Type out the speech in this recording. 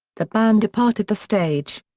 the band departed the stage.